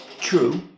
true